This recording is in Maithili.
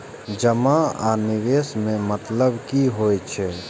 जमा आ निवेश में मतलब कि होई छै?